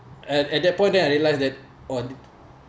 at at that point then I realise that on